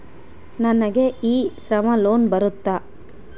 ನನಗೆ e Shram loan ಬರುತ್ತಾ?